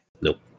Nope